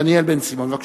דניאל בן-סימון, בבקשה.